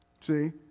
See